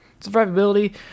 Survivability